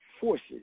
forces